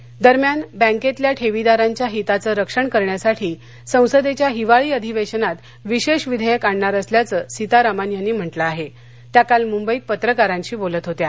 निदर्शन दरम्यान बँकत्तिल्या ठद्यीदारांच्या हिताचं रक्षण करण्यासाठी संसदृष्ट्या हिवाळी अधिवध्यात विशाष्ट्यविध्यक्क आणणार असल्याचं सीतारामन यांनी म्हटलं आहात्या काल मुंबईत पत्रकारांशी बोलत होत्या